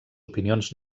opinions